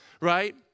right